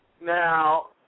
Now